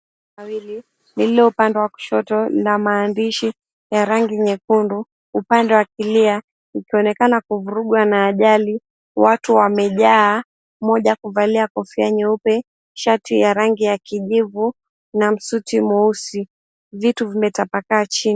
...mawili, lililoupande wa kushoto na maandishi ya rangi nyekundu, upande wa kulia ukionekana kuvurugwa na ajali. Watu wamejaa, mmoja kuvalia kofia nyeupe, shati ya rangi ya kijivu na msuti mweusi. Vitu vimetapakaa chini.